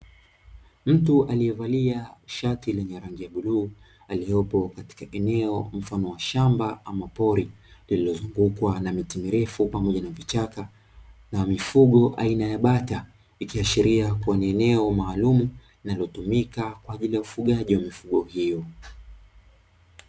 Mtu aliyevalia shati lenye rangi ya bluu aliopo katika eneo mfano wa shamba ama pori lililozungukwa na miti mirefu pamoja na vichaka na mifugo aina ya bata ikiashiria kuwa ni eneo maalumu linalotumika kwa ajili ya ufugaji wa mifugo hiyo.